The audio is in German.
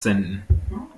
senden